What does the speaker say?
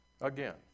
again